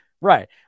Right